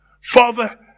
Father